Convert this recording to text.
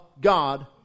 God